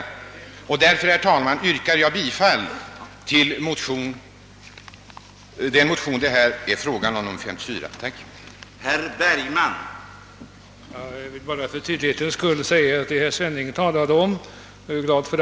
Jag yrkar därför, herr talman, bifall till den motion det här är fråga om, nämligen nr 54 i denna kammare.